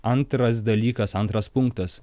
antras dalykas antras punktas